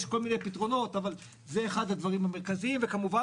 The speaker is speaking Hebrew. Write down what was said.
יש כל מיני פתרונות אבל זה אחד הדברים המרכזיים וכמובן,